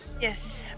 Yes